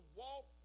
walk